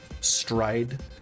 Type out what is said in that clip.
stride